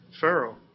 Pharaoh